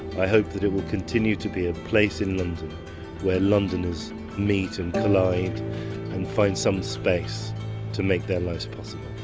i hope that it will continue to be a place in london where londoners meet and collide and find some space to make their lives possible.